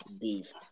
beef